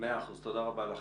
מאה אחוז, תודה רבה לך.